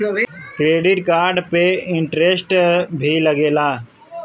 Credit card पे interest भी लागेला?